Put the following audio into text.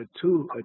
two